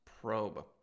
probe